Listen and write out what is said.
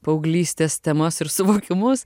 paauglystės temas ir suvokimus